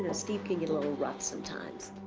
steve can get a little rough sometimes.